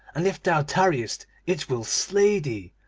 and if thou tarriest it will slay thee.